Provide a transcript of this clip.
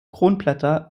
kronblätter